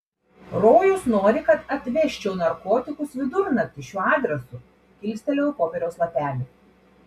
rojus nori kad atvežčiau narkotikus vidurnaktį šiuo adresu kilstelėjau popieriaus lapelį